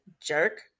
jerk